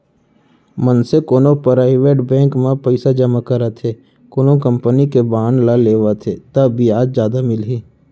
मनसे कोनो private bank म पइसा जमा करत हे कोनो कंपनी के बांड ल लेवत हे ता बियाज जादा मिलही